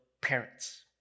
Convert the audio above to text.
parents